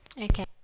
Okay